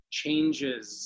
changes